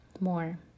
more